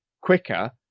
quicker